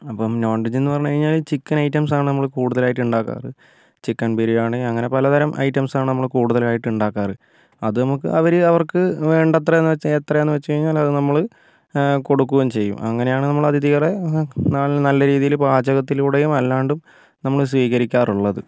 അപ്പം non veg എന്ന് പറഞ്ഞു കഴിഞ്ഞാൽ ചിക്കൻ ഐറ്റംസാണ് നമ്മൾ കൂടുതലായിട്ടും ഉണ്ടാക്കാറ് ചിക്കൻ ബിരിയാണി അങ്ങനെ പലതരം ഐറ്റംസാണ് നമ്മൾ കൂടുതലായിട്ട് ഉണ്ടാക്കാറ് അത് നമുക്ക് അവർ അവർക്ക് വേണ്ടത്ര എത്രയാന്ന് വെച്ച് കഴിഞ്ഞാൽ അത് നമ്മൾ അത് കൊടുക്കകയും ചെയ്യും അങ്ങനെയാണ് നമ്മൾ അതിഥികളെ നല്ല രീതിയിൽ പാചകത്തിലൂടെയും അല്ലാണ്ടും നമ്മൾ സ്വീകരിക്കാറുള്ളത്